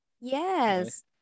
Yes